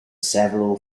several